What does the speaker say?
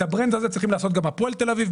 את הברנד הזה צריכים לעשות גם הפועל תל אביב,